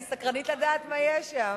אני סקרנית לדעת, מה יש שם.